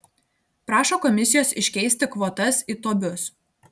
prašo komisijos iškeisti kvotas į tobius